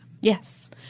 Yes